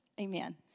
Amen